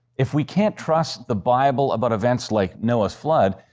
if we can't trust the bible about events like noah's flood,